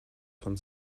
von